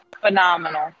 phenomenal